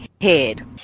head